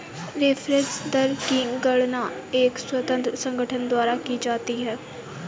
reference दर की गणना एक स्वतंत्र संगठन द्वारा की जाती है